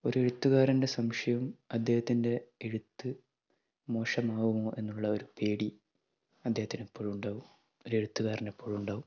ഒരു എഴുത്തുകാരൻ്റെ സംശയം അദ്ദേഹത്തിൻ്റെ എഴുത്ത് മോശമാവുമോ എന്നുള്ള ഒരു പേടി അദ്ദേഹത്തിനെപ്പോഴും ഉണ്ടാകും ഒരു എഴുത്തുകാരനെപ്പോഴും ഉണ്ടാവും